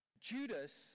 Judas